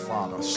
Father